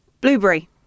Blueberry